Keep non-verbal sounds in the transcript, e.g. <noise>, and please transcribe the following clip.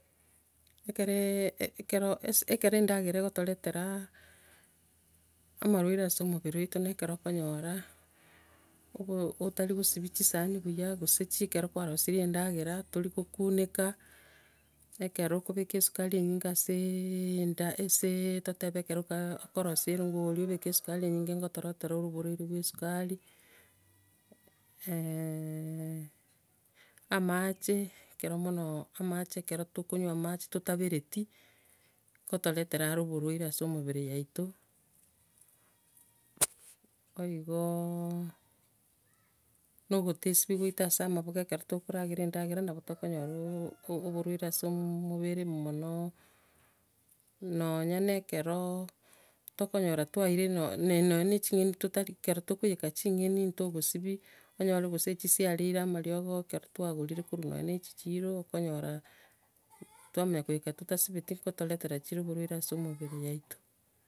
Ekeroo e- ekero as- ekero endagera egotoretera <hesitation> amarwaire ase omobere oito nekero okonyora, ogo- otarigosibia chisahani buya, gose ekero kwarosirie endagera toria gokuneka, ekero okobeka esukari enyinge aseee, enda- aseee totebe ekero ka- okorosia erongori obeke esukari enyinge ngotoretera ere oborwaire bwe sukari, <hesitation> amache, ekero monoo amache ekero tokonywa amache totaberetie, ngotoretera aro oborwaire ase omobore yaito, <hesitation> bo igoo, no gotaesibia gwaito ase amaboko ekero tokoragera endagera, nabo tokonyora oo- o- oborwaire ase oom- moobere mono nonya ne ekeroo tokonyora twarire noo- ne- no one ching'eni totari- ekero tokoiyeka ching'eni, ntogosibia, onyore gose chisiareire amariogo ekero twagorire korwa no onye ne echi- chiro okonyora twamanya koiyeka totasibetie ngotoretera chire oborwaire ase omoboro yaito.